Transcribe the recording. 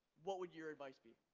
what would your advice be?